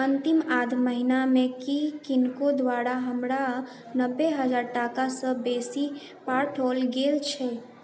अन्तिम आध महीनामे की किनको द्वारा हमरा नबे हजार टाकासँ बेसी पठाओल गेल छै